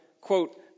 quote